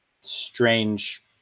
strange